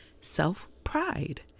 self-pride